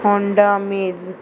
Honda amaze